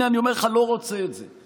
הינה, אני אומר לך, לא רוצה את זה.